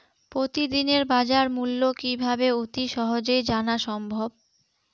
প্রতিদিনের বাজারমূল্য কিভাবে অতি সহজেই জানা সম্ভব?